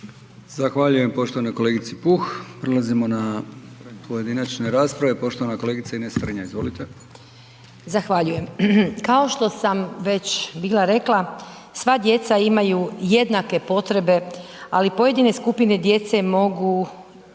Zahvaljujem poštovanoj kolegici Puh. Prelazimo na pojedinačne rasprave, poštovana kolegica Ines Sternja, izvolite. **Strenja, Ines (MOST)** Zahvaljujem. Kao što sam već bila rekla, sva djeca imaju jednake potrebe, ali pojedine skupine djece mogu